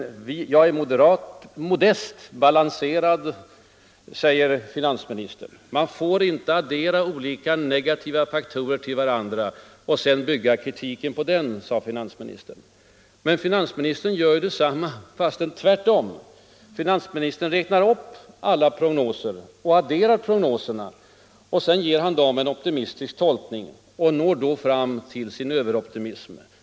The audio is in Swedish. Jag gör ”modesta och balanserade” prognoser, säger finansministern. Man får inte addera olika negativa faktorer till varandra och sedan bygga kritiken på dem, sade finansministern. Men finansministern gör ju detsamma, fastän tvärtom! Finansministern räknar upp alla prognoser och adderar dem. Sedan ger han dem alla en optimistisk tolkning och når då fram till sin överoptimism.